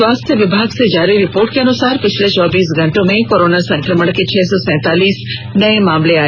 स्वास्थ्य विभाग से जारी रिपोर्ट के अनुसार पिछले चौबीस घंटों में कोरोना संक्रमण के छह सौ सैंतालिस नए मामले आए